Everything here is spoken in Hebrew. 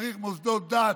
צריך מוסדות דת,